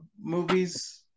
movies